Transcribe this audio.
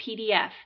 PDF